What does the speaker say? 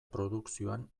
produkzioan